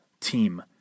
team